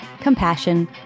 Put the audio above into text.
compassion